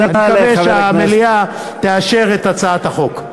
אני מקווה שהמליאה תאשר את הצעת החוק.